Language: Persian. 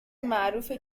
معروفه